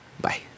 Bye